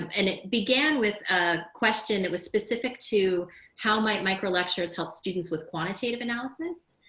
um and it began with a question that was specific to how might micro lecturers help students with quantitative analysis.